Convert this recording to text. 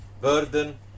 burden